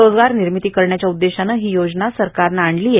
रोजगार निर्मिती करण्याच्या उद्देशाने ही योजना सरकारने आणली आहे